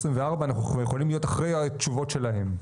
אנחנו יכולים להיות אחרי התשובות שלהם?